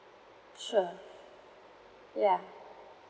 sure ya